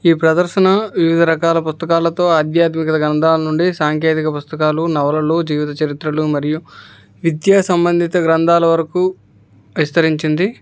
ఈ ప్రదర్శన వివిధ రకాల పుస్తకాలతో ఆధ్యాత్మికత గ్రంథాల నుండి సాంకేతిక పుస్తకాలు నవలలు జీవిత చరిత్రలు మరియు విద్యా సంబంధిత గ్రంథాల వరకు విస్తరించింది